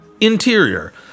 Interior